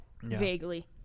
Vaguely